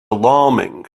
alarming